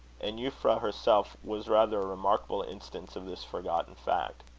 and euphra herself was rather a remarkable instance of this forgotten fact.